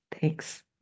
thanks